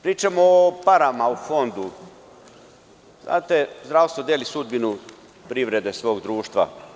Pričamo o parama u Fondu, zdravstvo deli sudbinu privrede svog društva.